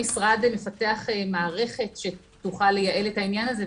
המשרד מפתח מערכת שתוכל לייעל את העניין הזה,